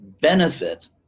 benefit